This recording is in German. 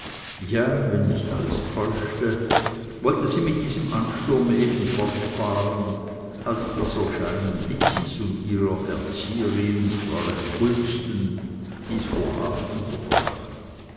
ja wenn nicht alles täuschte wollte sie mit diesem ansturm eben fortfahren als das erscheinen lizzis und ihrer erzieherin fräulein wulsten dies vorhaben unterbrach